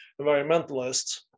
environmentalists